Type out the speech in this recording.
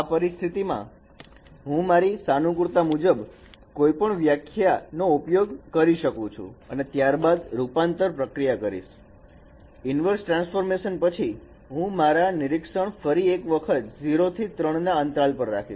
આ પરિસ્થિતિમાં હું મારી સાનુકૂળતા મુજબ કોઈપણ વ્યાખ્યા નો ઉપયોગ કરી શકું છું અને ત્યારબાદ રૂપાંતર પ્રક્રિયા કરીશ ઇનવર્ષ ટ્રાન્સફોર્મેશન પછી હું મારા નિરીક્ષણ ફરી એક વખત 0 થી 3 ના અંતરાલ પર રાખીશ